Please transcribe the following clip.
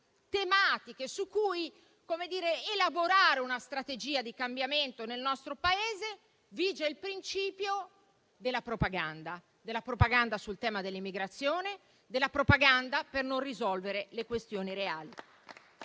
tematiche su cui elaborare una strategia di cambiamento nel nostro Paese, vige il principio della propaganda: propaganda sul tema dell'immigrazione, propaganda per non risolvere le questioni reali.